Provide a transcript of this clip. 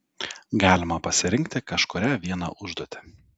galima pasirinkti kažkurią vieną užduotį